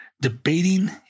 debating